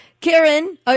Karen